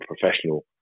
professional